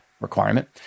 requirement